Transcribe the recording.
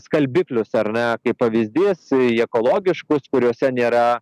skalbiklius ar ne kaip pavyzdys į ekologiškus kuriuose nėra